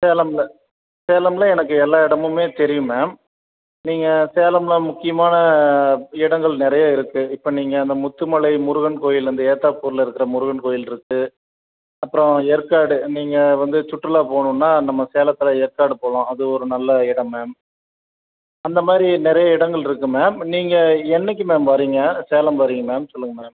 சேலம்ல சேலம்ல எனக்கு எல்லா இடமுமே தெரியும் மேம் நீங்கள் சேலம்ல முக்கியமான இடங்கள் நிறையா இருக்குது இப்போ நீங்கள் அந்த முத்துமலை முருகன் கோயில் அந்த ஏத்தாப்பூரில் இருக்கிற முருகன் கோயில் இருக்குது அப்புறம் ஏற்காடு நீங்கள் வந்து சுற்றுலா போகணுன்னா நம்ம சேலத்தில் ஏற்காடு போகலாம் அது ஒரு நல்ல இடம் மேம் அந்த மாதிரி நிறைய இடங்கள் இருக்குது மேம் நீங்கள் என்னைக்கு மேம் வரிங்க சேலம் வரிங்க மேம் சொல்லுங்கள் மேடம்